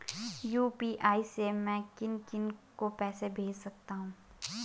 UPI से मैं किन किन को पैसे भेज सकता हूँ?